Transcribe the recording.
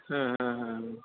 हं हं हं